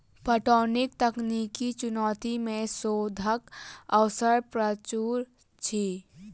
पटौनीक तकनीकी चुनौती मे शोधक अवसर प्रचुर अछि